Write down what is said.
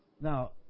Now